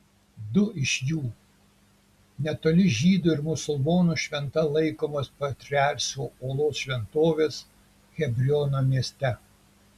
du iš jų netoli žydų ir musulmonų šventa laikomos patriarchų olos šventovės hebrono mieste